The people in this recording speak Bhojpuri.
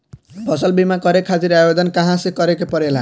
फसल बीमा करे खातिर आवेदन कहाँसे करे के पड़ेला?